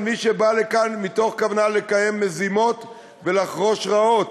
מי שבא לכאן מתוך כוונה לקיים מזימות ולחרוש רעות,